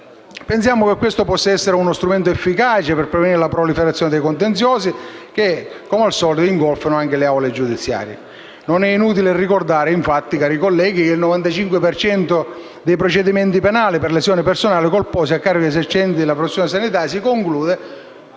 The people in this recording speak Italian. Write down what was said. Pensiamo che questo possa essere uno strumento efficace per prevenire la proliferazione dei contenziosi, che come al solito ingolfano anche le aule giudiziarie. Non è inutile infatti ricordare, cari colleghi, che il 95 per cento dei procedimenti penali per lesioni personali colpose a carico di esercenti della professione sanitaria si conclude